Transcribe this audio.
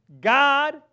God